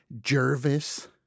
Jervis